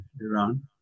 Iran